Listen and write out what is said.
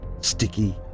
sticky